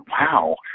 wow